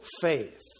faith